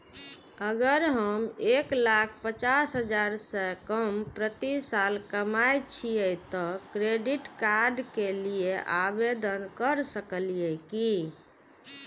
अगर हम एक लाख पचास हजार से कम प्रति साल कमाय छियै त क्रेडिट कार्ड के लिये आवेदन कर सकलियै की?